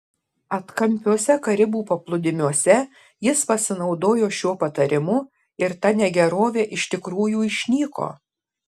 atkampiuose karibų paplūdimiuose jis pasinaudojo šiuo patarimu ir ta negerovė iš tikrųjų išnyko